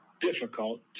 difficult